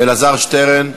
אלעזר שטרן.